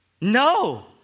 No